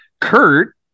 Kurt